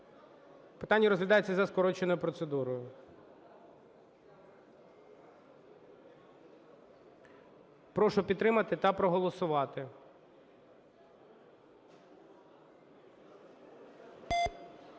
Питання розглядається за скороченою процедурою. Прошу підтримати та проголосувати.